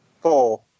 four